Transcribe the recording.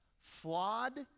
flawed